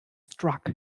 struck